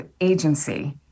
agency